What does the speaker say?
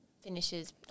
finishes